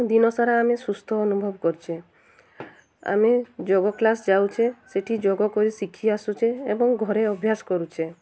ଦିନସାରା ଆମେ ସୁସ୍ଥ ଅନୁଭବ କରୁଛେ ଆମେ ଯୋଗ କ୍ଲାସ୍ ଯାଉଛେ ସେଠି ଯୋଗ କରି ଶିଖି ଆସୁଛେ ଏବଂ ଘରେ ଅଭ୍ୟାସ କରୁଛେ